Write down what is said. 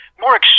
more